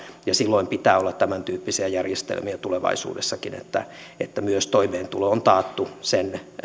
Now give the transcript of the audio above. ja silloin pitää olla tämäntyyppisiä järjestelmiä tulevaisuudessakin niin että toimeentulo on taattu myös sen